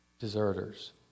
deserters